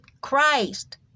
Christ